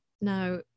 now